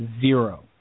zero